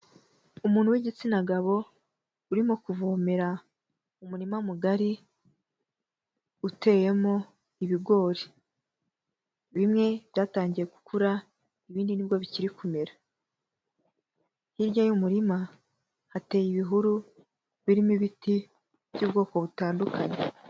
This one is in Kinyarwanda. Umuntu w'igitsina gabo urimo kuvomera umurima mugari, uteyemo ibigori, bimwe byatangiye gukura, ibindi ni byo bikiri kumera. Hirya y'umurima hateye ibihuru birimo ibiti by'ubwoko butandukanye.